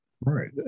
Right